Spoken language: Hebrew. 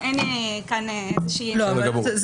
בסדר גמור.